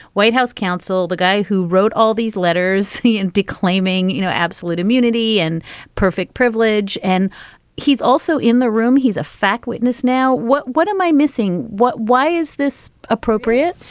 white house counsel, the guy who wrote all these letters and declaiming, you know, absolute immunity and perfect privilege. and he's also in the room. he's a fact witness. now what? what am i missing? what why is this appropriate?